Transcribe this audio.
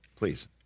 Please